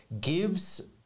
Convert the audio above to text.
gives